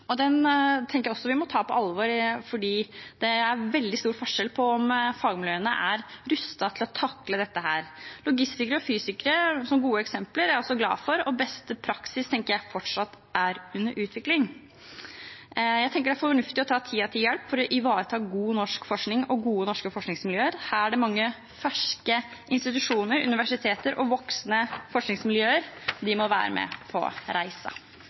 jeg vi må ta på alvor, for det er veldig stor forskjell på hvorvidt fagmiljøene er rustet til å takle dette. Logistikere og fysikere som gode eksempler er jeg også glad for, og beste praksis tenker jeg fortsatt er under utvikling. Jeg tenker det er fornuftig å ta tiden til hjelp for å ivareta god norsk forskning og gode norske forskningsmiljøer. Her er det mange ferske institusjoner, universiteter og voksne forskningsmiljøer. De må være med på